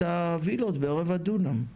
את הווילות ברבע דונם.